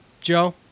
Joe